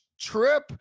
trip